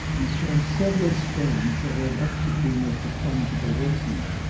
he chose several strains that had octopine as the conjugal opine.